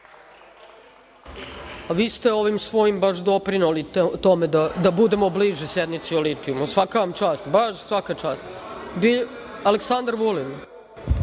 Vi ste ovim svojim baš doprineli tome da budemo bliže sednici o litijumu. Svaka vam čast, baš svaka čast. Reč ima Aleksandar Vulin.